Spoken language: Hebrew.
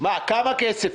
כמה כסף?